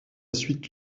suite